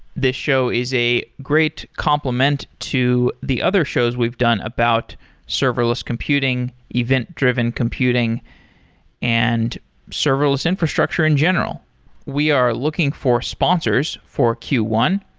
this show is a great complement to the other shows we've done about serverless computing, event-driven computing and serverless infrastructure in general we are looking for sponsors for q one.